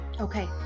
Okay